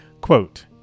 Quote